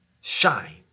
shine